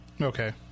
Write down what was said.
Okay